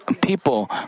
people